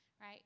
right